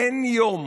אין יום